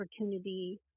opportunity